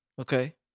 Okay